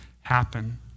happen